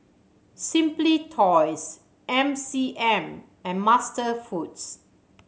Simply Toys M C M and MasterFoods